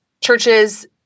churches